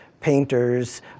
painters